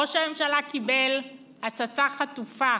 ראש הממשלה קיבל הצצה חטופה